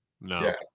no